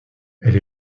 elle